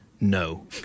no